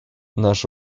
наш